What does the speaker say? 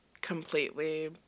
completely